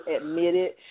admitted